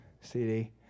CD